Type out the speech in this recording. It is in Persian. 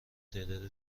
تعداد